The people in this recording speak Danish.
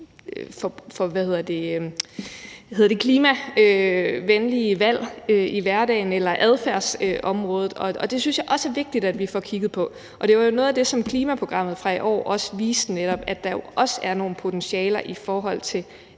det, klimavenlige valg i hverdagen, på adfærdsområdet, og det synes jeg også er vigtigt at vi får kigget på. Det var noget af det, som klimaprogrammet fra i år også viste, netop at der jo også er nogle potentialer i forhold til